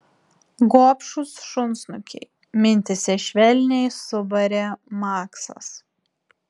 gobšūs šunsnukiai mintyse švelniai subarė maksas